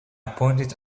pointed